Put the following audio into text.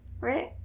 right